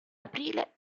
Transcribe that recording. aprile